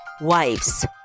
wives